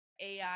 AI